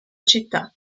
città